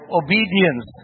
obedience